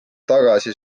tagasi